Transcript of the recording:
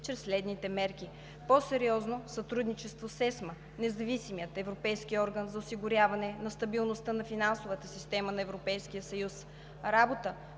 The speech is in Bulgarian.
чрез следните мерки: - по-сериозно сътрудничество с ЕСМА – независимия европейски орган за осигуряване на стабилността на финансовата система на Европейския съюз; - работа